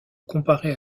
comparé